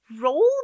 Roll